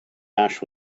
ash